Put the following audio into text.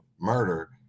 murder